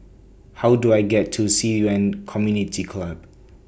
How Do I get to Ci Yuan Community Club